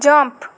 jump